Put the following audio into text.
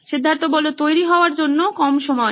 সিদ্ধার্থ তৈরি হওয়ার জন্য কম সময়